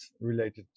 related